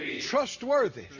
trustworthy